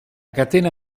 catena